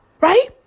Right